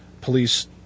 police